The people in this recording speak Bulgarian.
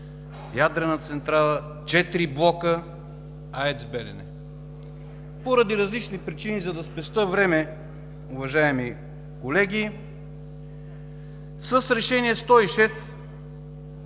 ядрена централа – четири блока, АЕЦ „Белене“. Поради различни причини, за да спестя време, уважаеми колеги, с Решение № 106